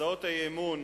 הצעות האי-אמון